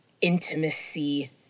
intimacy